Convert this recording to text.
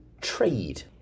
trade